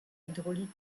hydraulique